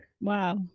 Wow